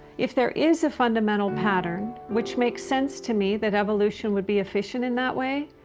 if there is a fundamental pattern, which makes sense to me that evolution would be efficient in that way,